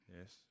Yes